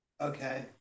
Okay